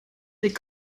des